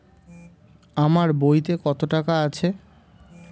আমার বইতে কত টাকা আছে?